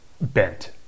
bent